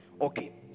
Okay